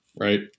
right